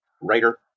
writer